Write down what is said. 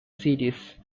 series